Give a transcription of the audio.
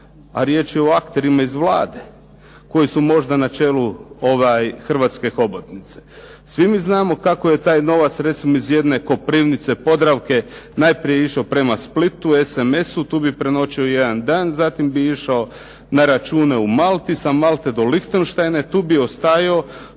a riječ je o akterima iz Vlade koji su možda na čelu hrvatske hobotnice. Svi mi znamo kako je taj novac recimo iz jedne Koprivnice "Podravke" najprije išao prema Splitu "SMS-u" tu bi prenoćio jedan dan, zatim bi išao na račune u Malti, sa Malte do Lihtenštajna i tu bi ostajao